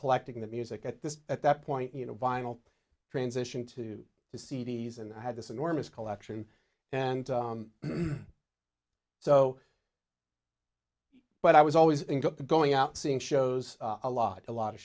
collecting the music at this at that point you know vinyl transition to the c d s and i had this enormous collection and so but i was always end up going out seeing shows a lot a lot of